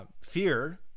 fear